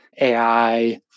AI